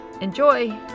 Enjoy